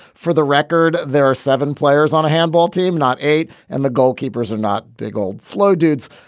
for the record, there are seven players on a handball team, not eight. and the goalkeepers are not big old slow dudes.